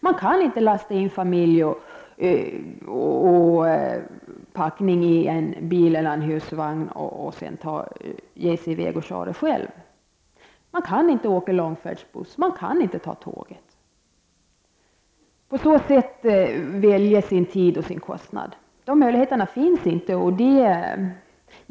Man kan inte lasta in familjen och packningen i en bil eller husvagn, ge sig i väg och köra själv. Man kan inte åka långfärdsbuss och man kan inte ta tåget och på så sätt välja sin tid och sin kostnad. Dessa möjligheter finns inte.